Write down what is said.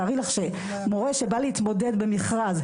תארי לך שמורה שבא להתמודד במכרז,